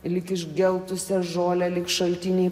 lyg išgeltusią žolę lyg šaltiniai